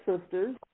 Sisters